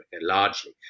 largely